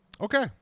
Okay